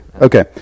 Okay